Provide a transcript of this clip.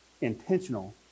intentional